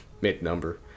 mid-number